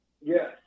Yes